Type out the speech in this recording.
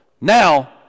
Now